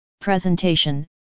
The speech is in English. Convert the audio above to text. Presentation